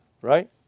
Right